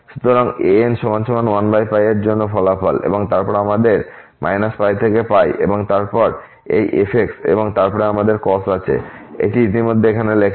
সুতরাং an1 এর জন্য ফলাফল এবং তারপরে আমাদের -π থেকে এবং তারপর এই f এবং তারপরে আমাদের cos আছে এটি ইতিমধ্যে এখানে লেখা আছে